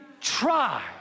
try